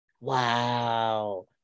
Wow